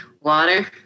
water